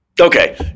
Okay